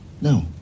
No